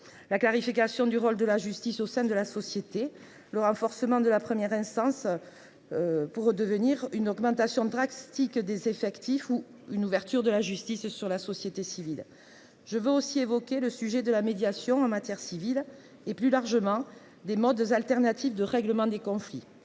la clarification du rôle de la justice au sein de la société, au renforcement de la première instance, à l'augmentation drastique des effectifs et à l'ouverture de la justice sur la société civile. La médiation en matière civile et plus largement les modes alternatifs de règlement des conflits